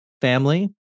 family